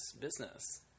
business